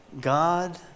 God